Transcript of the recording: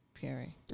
Perry